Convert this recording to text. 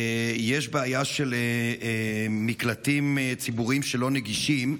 יש בעיה של מקלטים ציבוריים לא נגישים,